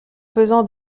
faisan